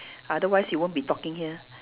otherwise you won't be talking here